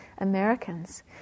Americans